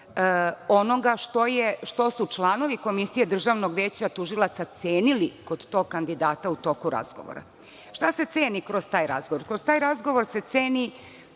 onoga što su članovi Komisije Državnog veća tužilaca cenili kod tog kandidata u toku razgovora. Šta se ceni kroz taj razgovor?